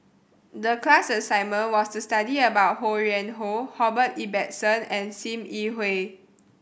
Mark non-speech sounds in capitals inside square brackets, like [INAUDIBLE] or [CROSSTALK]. the class assignment was to study about Ho Yuen Hoe [UNINTELLIGIBLE] Ibbetson and Sim Yi Hui